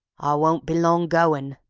won't be long goin'.